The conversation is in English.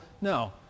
No